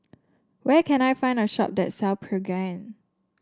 where can I find a shop that sell Pregain